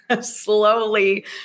slowly